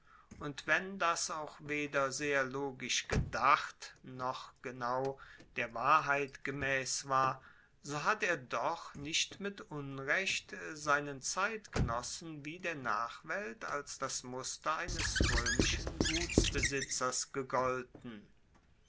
und wenn das auch weder sehr logisch gedacht noch genau der wahrheit gemaess war so hat er doch nicht mit unrecht seinen zeitgenossen wie der nachwelt als das muster eines roemischen gutsbesitzers gegolten